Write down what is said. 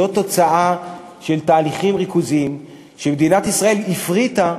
זו תוצאה של תהליכים ריכוזיים שמדינת ישראל הפריטה.